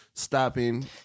stopping